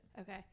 Okay